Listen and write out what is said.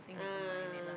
ah